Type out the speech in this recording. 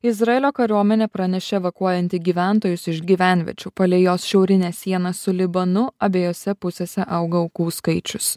izraelio kariuomenė pranešė evakuojanti gyventojus iš gyvenviečių palei jos šiaurinę sieną su libanu abiejose pusėse auga aukų skaičius